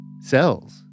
cells